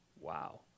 Wow